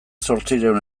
zortziehun